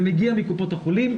זה מגיע מקופות החולים,